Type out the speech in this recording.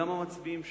גם המצביעים שלך,